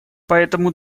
поэтому